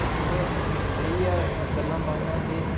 में बेहियै गल्लां बातां ते